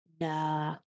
nah